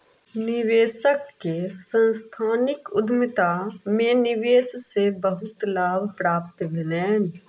निवेशक के सांस्थानिक उद्यमिता में निवेश से बहुत लाभ प्राप्त भेलैन